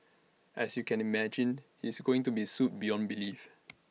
as you can imagine he's going to be sued beyond belief